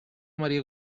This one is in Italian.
maria